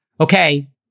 okay